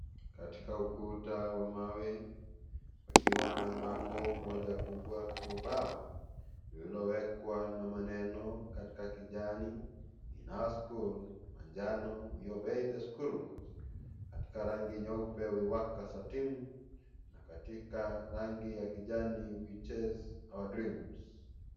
Katika ukuta wa mawe, pakiwa na bango moja kubwa kama ubao uliowekwa na maneno katika kijani " In our school ", manjano "we obey the school rules", katika rangi nyeupe "we work as a team" na katika rangi ya kijani "we chase our dreams ".